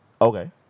Okay